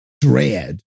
dread